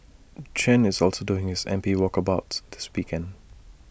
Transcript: Chen is also doing his M P walkabouts this weekend